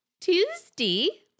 Tuesday